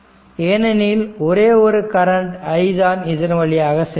ஏனெனில் ஒரே current i தான் இதன் வழியாக செல்கிறது